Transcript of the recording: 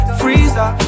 freezer